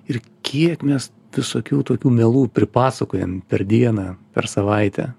ir kiek mes visokių tokių melų pripasakojam per dieną per savaitę